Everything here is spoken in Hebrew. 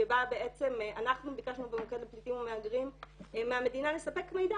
שבה בעצם אנחנו ביקשנו במוקד הפליטים והמהגרים מהמדינה לספק מידע,